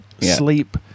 sleep